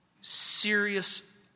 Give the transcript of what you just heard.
serious